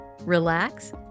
relax